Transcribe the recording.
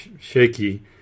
shaky